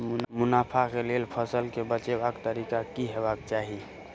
मुनाफा केँ लेल फसल केँ बेचबाक तरीका की हेबाक चाहि?